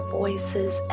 voices